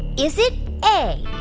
is it a,